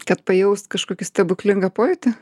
kad pajaust kažkokį stebuklingą pojūtį